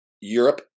Europe